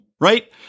right